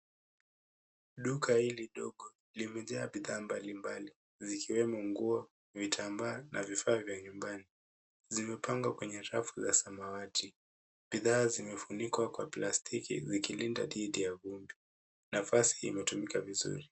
Duka hili ndogo limejaa bidhaa mbalimbali zikiwemo nguo, vitambaa na bidhaa za nyumbani. Zimepangwa kwenye rafu za samawati. Bidhaa zimefunikwa kwa plastiki zikilindwa dhidi ya vumbi. Nafasi imetumika vizuri.